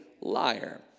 liar